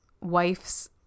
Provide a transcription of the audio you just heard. wife's